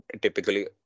typically